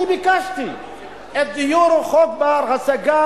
אני ביקשתי את חוק דיור בר-השגה